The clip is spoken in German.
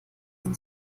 sind